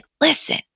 listen